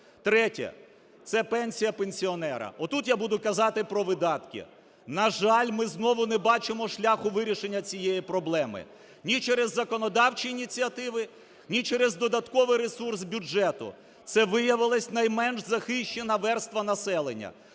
Третє. Це пенсія пенсіонерам. От тут я буду казати про видатки, на жаль, ми знову не бачимо шляху вирішення цієї проблеми ні через законодавчі ініціативи, ні через додатковий ресурс бюджету. Це виявилась найменш захищена верства населення.